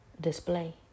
display